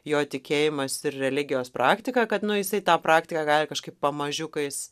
jo tikėjimas ir religijos praktika kad nu jisai tą praktiką gali kažkaip pamažiukais